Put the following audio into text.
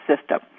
system